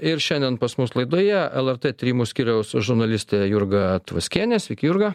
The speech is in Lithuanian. ir šiandien pas mus laidoje lrt tyrimų skyriaus žurnalistė jurga tvaskienė sveiki jurga